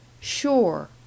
sure